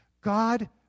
God